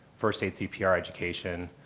first aid cpr education,